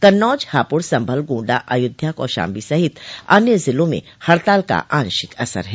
कन्नौज हापुड़ संभल गोण्डा अयोध्या कौशाम्बी सहित अन्य जिलों में हड़ताल का आंशिक असर है